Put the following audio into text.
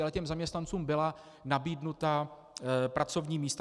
Ale těm zaměstnancům byla nabídnuta pracovní místa.